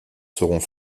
seront